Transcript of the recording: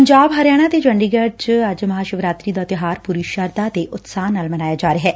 ਪੰਜਾਬ ਹਰਿਆਣਾ ਤੇ ਚੰਡੀਗੜ ਚ Mahashivratri ਦਾ ਤਿਉਹਾਰ ਪੁਰੀ ਸ਼ਰਧਾ ਤੇ ਉਤਸ਼ਾਹ ਨਾਲ ਮਨਾਇਆ ਜਾ ਰਿਹੈ